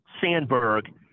Sandberg